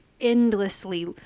endlessly